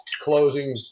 closing